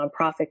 nonprofit